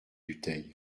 dutheil